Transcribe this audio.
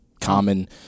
common